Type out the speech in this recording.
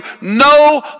no